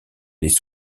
les